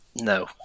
No